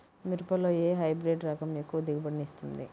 మిరపలో ఏ హైబ్రిడ్ రకం ఎక్కువ దిగుబడిని ఇస్తుంది?